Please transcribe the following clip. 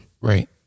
Right